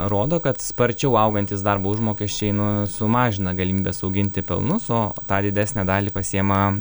rodo kad sparčiau augantys darbo užmokesčiai nu sumažina galimybes auginti pelnus o tą didesnę dalį pasiima